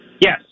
Yes